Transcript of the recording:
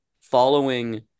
following